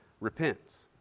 repents